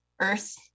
Earth